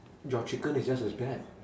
your chicken is just as bad